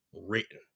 written